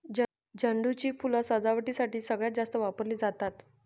झेंडू ची फुलं सजावटीसाठी सगळ्यात जास्त वापरली जातात